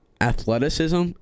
athleticism